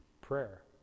prayer